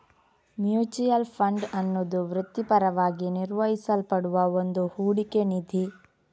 mutual fund ಅನ್ನುದು ವೃತ್ತಿಪರವಾಗಿ ನಿರ್ವಹಿಸಲ್ಪಡುವ ಒಂದು ಹೂಡಿಕೆ ನಿಧಿ